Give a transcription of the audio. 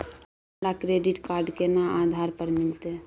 हमरा credit card केना आधार पर मिलते?